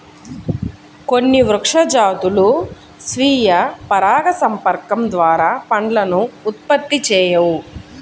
కొన్ని వృక్ష జాతులు స్వీయ పరాగసంపర్కం ద్వారా పండ్లను ఉత్పత్తి చేయవు